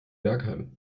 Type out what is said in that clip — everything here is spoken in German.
bergheim